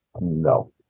No